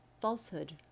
falsehood